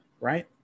Right